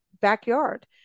backyard